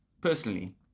personally